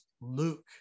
Luke